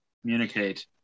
communicate